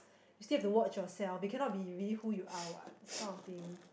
you still have to watch yourself you cannot be really who you are what this kind of thing